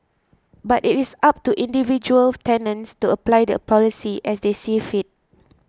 but it is up to individual tenants to apply the policy as they see fit